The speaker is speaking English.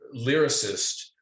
lyricist